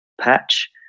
patch